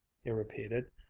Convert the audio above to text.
he repeated,